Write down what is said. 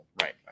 Right